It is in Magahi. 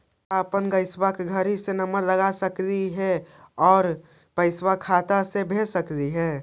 का अपन गैस के घरही से नम्बर लगा सकली हे और पैसा खाता से ही भेज सकली हे?